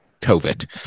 COVID